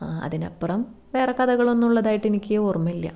അതിനപ്പുറം വേറെ കഥകളൊന്നും ഉള്ളതായിട്ട് എനിക്ക് ഓർമ്മയില്ല